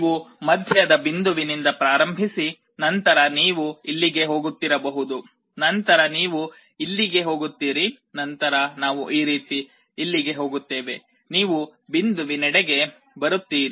ನೀವು ಮಧ್ಯದ ಬಿಂದುವಿನಿಂದ ಪ್ರಾರಂಭಿಸಿ ನಂತರ ನೀವು ಇಲ್ಲಿಗೆ ಹೋಗುತ್ತಿರಬಹುದು ನಂತರ ನೀವು ಇಲ್ಲಿಗೆ ಹೋಗುತ್ತೀರಿ ನಂತರ ನಾವು ಈ ರೀತಿ ಇಲ್ಲಿಗೆ ಹೋಗುತ್ತೇವೆ ನೀವು ಬಿಂದುವಿನೆಡೆಗೆ ಬರುತ್ತೀರಿ